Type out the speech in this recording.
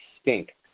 stink